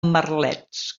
merlets